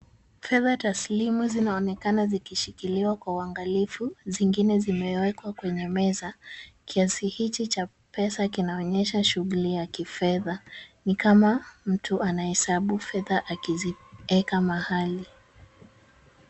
Pesa taslimu zinaonekana zikishikiliwa kwa uangalifu, zingine zimewekwa kwenye meza. Kiasi hichi cha pesa kinaonyesha shughuli ya kifedha, ni kama mtu anahesabu fedha akiziweka mahali.